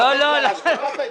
מיקי,